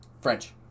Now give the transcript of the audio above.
French